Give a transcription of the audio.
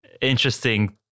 interesting